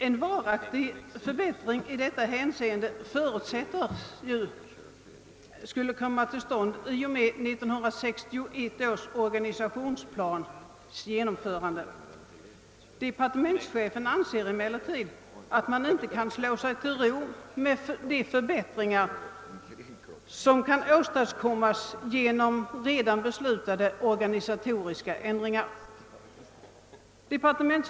En varaktig förbättring i detta hänseende förutsättes komma till stånd i och med genomförandet av 1961 års organisationsplan, men departementschefen anser att man inte kan slå sig till ro med de förbättringar som kan åstadkommas med redan beslutade organisatoriska ändringar.